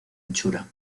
anchura